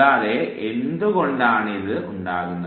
കൂടാതെ എന്തുകൊണ്ടാണിത് ഉണ്ടാകുന്നത്